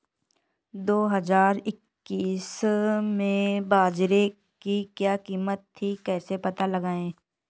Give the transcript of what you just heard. दो हज़ार इक्कीस में बाजरे की क्या कीमत थी कैसे पता लगाएँ?